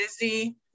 busy